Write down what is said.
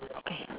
okay